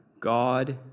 God